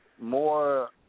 more